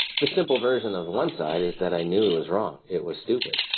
the simple version of the one side is that i knew it was wrong. it was stupid.